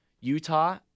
Utah